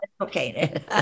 Okay